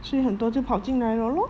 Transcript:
所以很多就跑进来了 lor